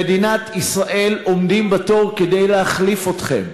למדינת ישראל עומדים בתור כדי להחליף אתכם.